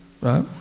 right